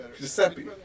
Giuseppe